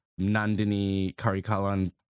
Nandini-Karikalan